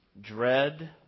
dread